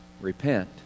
Repent